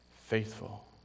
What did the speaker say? faithful